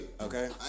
Okay